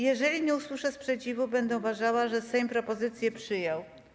Jeżeli nie usłyszę sprzeciwu, będę uważała, że Sejm propozycję przyjął.